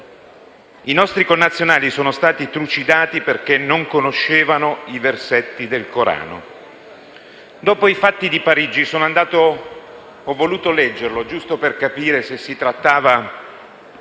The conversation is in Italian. I nostri connazionali sono stati trucidati perché non conoscevano i versetti del Corano. Dopo i fatti di Parigi ho voluto leggerlo, giusto per capire se si trattava